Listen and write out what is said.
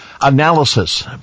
Analysis